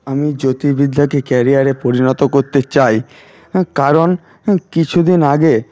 আমি জ্যোতির্বিদ্যাকে ক্যারিয়ারে পরিণত করতে চাই কারণ কিছুদিন আগে